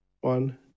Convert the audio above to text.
one